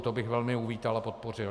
To byl velmi uvítal a podpořil.